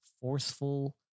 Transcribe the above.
forceful